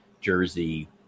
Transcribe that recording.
jersey